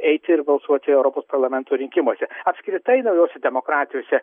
eiti ir balsuoti europos parlamento rinkimuose apskritai naujose demokratijose